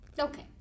Okay